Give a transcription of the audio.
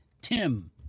Tim